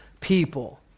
people